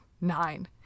nine